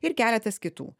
ir keletas kitų